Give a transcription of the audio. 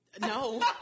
no